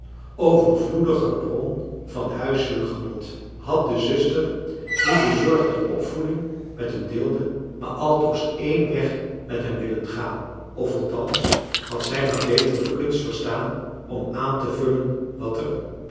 overvloediger bron van huiselijk genot had de zuster die de zorg der opvoeding met hem deelde maar altoos één weg met hem willen gaan of althans had zij maar beter de kunst verstaan om aan te vullen wat er